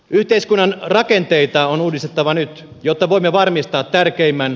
yhteiskunnan rakenteita on uudistettava nyt jotta voimme varmistaa tärkeimmän